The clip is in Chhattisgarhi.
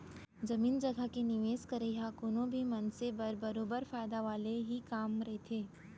जमीन जघा के निवेस करई ह कोनो भी मनसे बर बरोबर फायदा वाले ही काम रहिथे